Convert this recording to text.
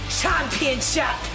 championship